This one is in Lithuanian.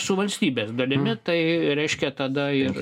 su valstybės dalimi tai reiškia tada ir